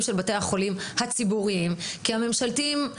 של בתי החולים הציבוריים כי הממשלתיים,